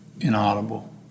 inaudible